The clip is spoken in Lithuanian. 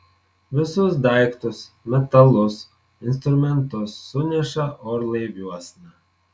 visus daiktus metalus instrumentus suneša orlaiviuosna